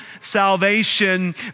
salvation